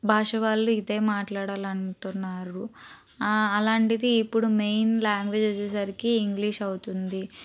భాష వాళ్ళు ఇదే మాట్లాడాలంటున్నారు అలాంటిది ఇప్పుడు మెయిన్ లాంగ్వేజ్ వచ్చేసరికి ఇంగ్లీష్ అవుతుంది